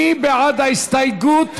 מי בעד ההסתייגות?